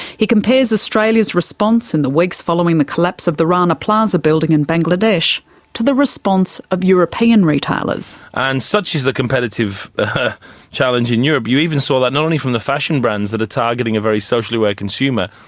he compares australia's response in the weeks following the collapse of the rana plaza building in bangladesh to the response of european retailers. and such is the competitive challenge in europe, you even saw that not only from the fashion brands that are targeting a very socially aware consumer,